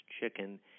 chicken